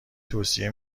توصیه